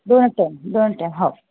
दोनच टायम दोनच टायम हो